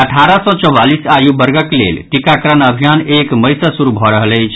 अठारह सँ चौवालीस आयु वर्गक लेल टीकाकरण अभियान एक मई सँ शुरू भऽ रहल अछि